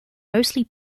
mostly